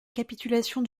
capitulation